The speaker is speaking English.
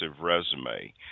resume